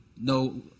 no